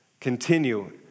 Continue